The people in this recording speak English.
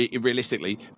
realistically